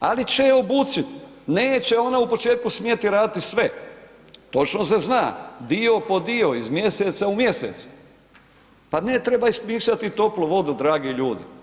ali će je obučit, neće ona u početku smjeti raditi sve, točno se zna, dio po dio iz mjeseca u mjesec, pa ne treba izmišljati toplu vodu dragi ljudi.